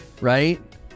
right